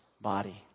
body